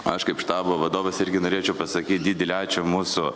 aš kaip štabo vadovas irgi norėčiau pasakyt didelį ačiū mūsų